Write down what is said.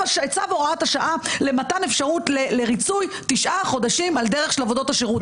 הוראת השעה למתן אפשרות לריצוי תשעה חודשים על דרך של עבודות השירות.